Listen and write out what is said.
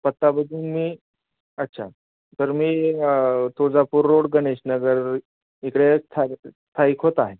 पत्ता बदलून मी अच्छा तर मी तुळजापूर रोड गणेश नगर इकडे स्था स्थायिक होत आहे